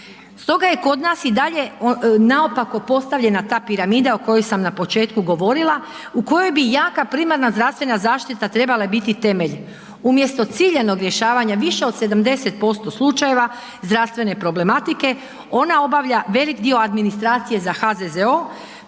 Stoga je kod nas i dalje naopako postavljena ta piramida o kojoj sam na početku govorila u kojoj bi jaka primarna zdravstvena zaštita trebala biti temelj umjesto ciljanog rješavanja više od 70% slučajeva zdravstvene problematike ona obavlja velik dio administracije za HZZO